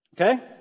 okay